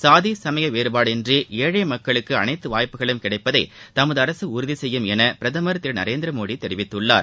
சாதி சமய வேறுபாடின்றி ஏழை மக்களுக்கு அனைத்து வாய்ப்புகளும் கிடைப்பதை தமது அரசு உறுதிசெய்யும் என பிரதமர் திரு நரேந்திரமோடி தெரிவித்துள்ளார்